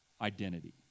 identity